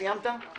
סיימת?